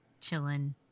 chilling